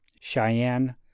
Cheyenne